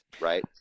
right